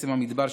קסם המדבר,